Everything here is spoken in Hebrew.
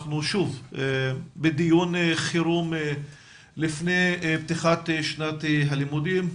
אנחנו שוב בדיון חירום לפני פתיחת שנת הלימודים,